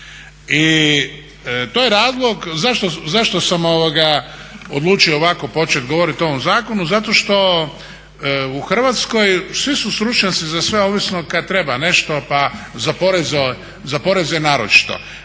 I to je razlog zašto sam odlučio ovako početi govoriti o ovom zakonu. Zato što u Hrvatskoj svi su stručnjaci za sve, ovisno kad treba nešto pa za poreze naročito.